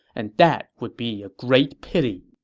and that would be a great pity!